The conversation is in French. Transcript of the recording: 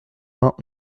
vingt